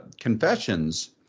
Confessions